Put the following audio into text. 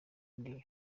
ndi